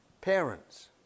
parents